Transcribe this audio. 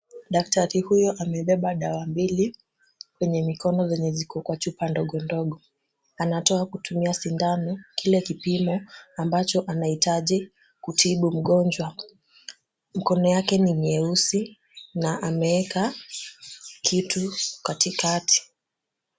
Daktari huyo amebeba dawa mbili kwenye mikono zenye ziko kwa chupa ndogondogo. Anatoa kutumia sindano kile kipimo ambacho anahitaji kutibu mgongwa. Mikono yake ni nyeusi na ameweka kitu katikati.